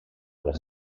les